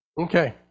Okay